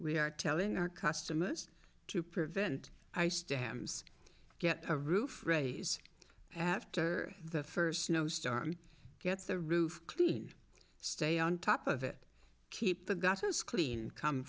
we are telling our customers to prevent ice dams get a roof raise after the first snow storm gets the roof clean stay on top of it keep the gutters clean come